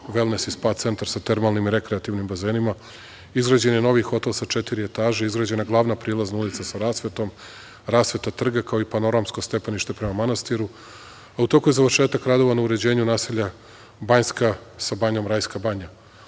velnes i spa centar sa termalnim i rekreativnim bazenima, izgrađen je novi hotel sa četiri etaže, izgrađena glavna prilazna ulica sa rasvetom, rasveta trga, kao i panoramsko stepenište prema manastiru, a u toku je završetak radova na uređenju naselja Banjska sa banjom "Rajska